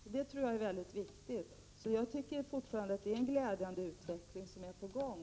Jag tror att det är väldigt viktigt. Jag anser fortfarande att det är en glädjande utveckling som är på gång.